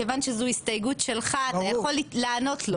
כיוון שזו הסתייגות שלך, אתה יכול לענות לו.